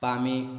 ꯄꯥꯝꯃꯤ